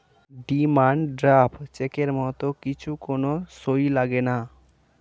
demand draft চেকের মত কিছু কোন সই লাগেনা